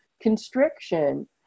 constriction